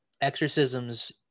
exorcisms